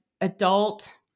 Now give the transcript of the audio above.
adult